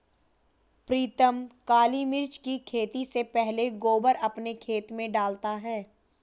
प्रीतम काली मिर्च की खेती से पहले गोबर अपने खेत में डालता है